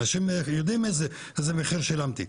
אנשים יודעים איזה מחיר שילמתי.